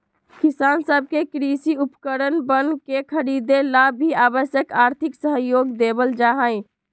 किसान सब के कृषि उपकरणवन के खरीदे ला भी आवश्यक आर्थिक सहयोग देवल जाहई